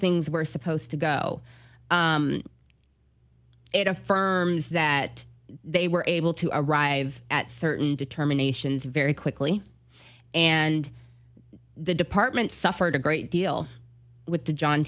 were supposed to go it affirms that they were able to arrive at certain determinations very quickly and the department suffered a great deal with the john